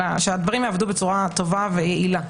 אלא שהדברים עבדו בצורה טובה ויעילה.